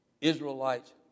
Israelites